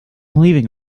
leaving